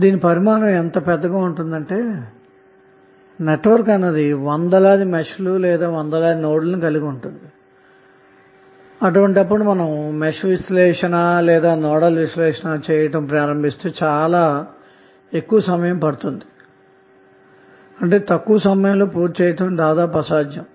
దీని పరిమాణం యెంత పెద్దదంతే నెట్వర్క్ వందలాది మెష్ లు లేదా వందలాది నోడ్లను కలిగి ఉంటుంది అందువలన మెష్ విశ్లేషణ లేదా నోడల్ విశ్లేషణ చేయుట ప్రారంభిస్తే తక్కువ సమయములో పూర్తి చేయుట దాదాపు అసాధ్యం